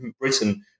Britain